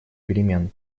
перемен